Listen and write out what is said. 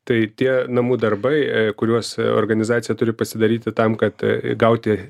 tai tie namų darbai kuriuos organizacija turi pasidaryti tam kad gauti